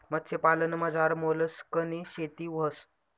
मत्स्यपालनमझार मोलस्कनी शेती व्हस